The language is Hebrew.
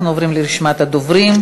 אנחנו עוברים לרשימת הדוברים.